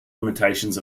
limitations